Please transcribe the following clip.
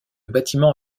bâtiment